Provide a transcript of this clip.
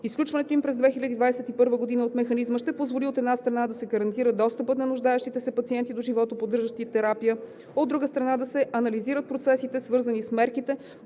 изключването им през 2021 г. от механизма ще позволи, от една страна, да се гарантира достъпът на нуждаещите се пациенти до животоподдържаща терапия, а, от друга страна, да се анализират процесите, свързани с мерките